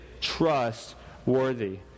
trustworthy